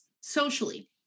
socially